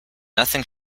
nothing